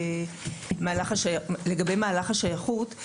לגבי מהלך השייכות.